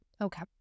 Okay